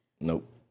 Nope